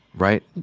right?